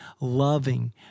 loving